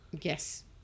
Yes